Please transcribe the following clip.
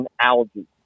algae